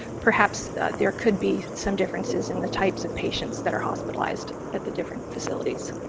perhaps there could be some differences in the types of patients that are hospitalized at the different facilities.